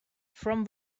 from